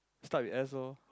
start with S lor